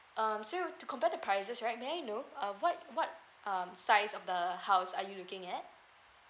um so to compare to prices right may I know uh what what um size of the house are you looking at